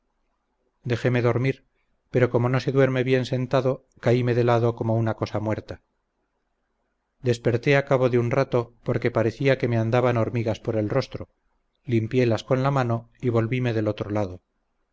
dejéme dormir pero como no se duerme bien sentado caíme de lado como una cosa muerta desperté a cabo de un rato porque parecía que me andaban hormigas por el rostro limpiélas con la mano y volvíme del otro lado